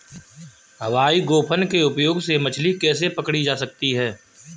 हवाई गोफन के उपयोग से मछली कैसे पकड़ी जा सकती है?